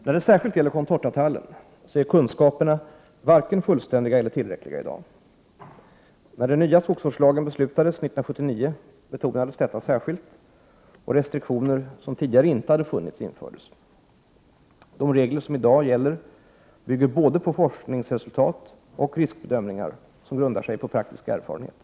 När det särskilt gäller contortatallen är kunskaperna varken fullständiga eller tillräckliga i dag. Då den nya skogsvårdslagen beslutades år 1979 betonades detta särskilt, och restriktioner som tidigare inte hade funnits infördes. De regler som i dag gäller bygger både på forskningsresultat och på riskbedömningar som grundar sig på praktiska erfarenheter.